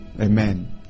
Amen